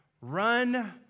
run